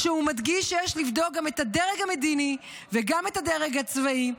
כשהוא מדגיש שיש לבדוק גם את הדרג המדיני וגם את הדרג הצבאי.